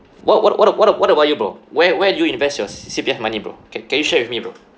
what what what what what about you bro where where do you invest your C_P_F money bro can you share with me bro